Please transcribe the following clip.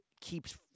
keeps